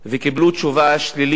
הם קיבלו תשובה שלילית